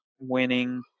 winning